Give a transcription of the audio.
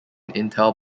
intel